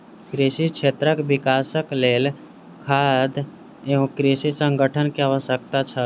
कृषि क्षेत्रक विकासक लेल खाद्य एवं कृषि संगठन के आवश्यकता छल